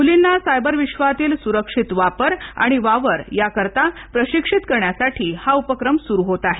मुलींना सायबर विश्वातील सुरक्षित वापर आणि वावर याकरिता प्रशिक्षित करण्यासाठी हा उपक्रम सुरु होत आहे